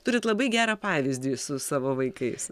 turit labai gerą pavyzdį su savo vaikais